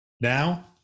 Now